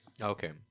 Okay